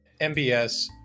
MBS